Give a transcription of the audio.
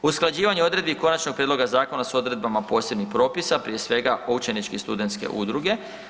Usklađivanje odredbi konačnog prijedloga zakona s odredbama posebnih propisa, prije svega učeničke i studentske udruge.